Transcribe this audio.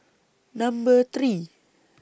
Number three